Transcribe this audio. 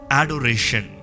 adoration